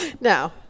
No